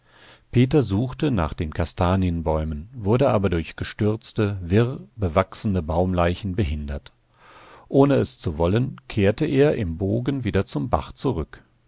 peter suchte nach den kastanienbäumen wurde aber durch gestürzte wirr bewachsene baumleichen behindert ohne es zu wollen kehrte er im bogen wieder zum bach zurück